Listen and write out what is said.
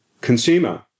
consumer